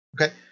Okay